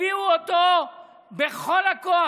הביאו אותו בכל הכוח,